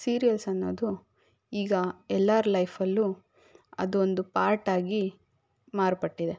serials ಅನ್ನೋದು ಈಗ ಎಲ್ಲರ ಲೈಫಲ್ಲೂ ಅದೊಂದು ಪಾರ್ಟ್ ಆಗಿ ಮಾರುಪಟ್ಟಿದೆ